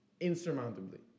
insurmountably